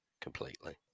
completely